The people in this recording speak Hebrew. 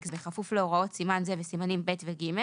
זה בכפוף להוראות סימן זה וסימנים ב' ו-ג'